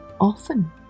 often